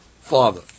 father